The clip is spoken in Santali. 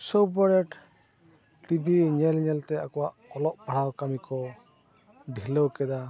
ᱥᱚᱵ ᱵᱮᱲᱟ ᱴᱤᱵᱷᱤ ᱧᱮᱼᱧᱮᱞᱛᱮ ᱟᱠᱚᱣᱟᱜ ᱚᱞᱚᱜ ᱯᱟᱲᱦᱟᱣ ᱠᱟᱹᱢᱤ ᱠᱚ ᱰᱷᱤᱞᱟᱹᱣ ᱠᱮᱫᱟ